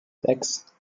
sechs